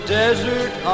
desert